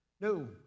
no